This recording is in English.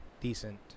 decent